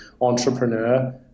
entrepreneur